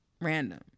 random